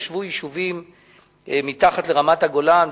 ישבו יישובים מתחת לרמת-הגולן,